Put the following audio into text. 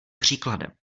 příkladem